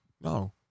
no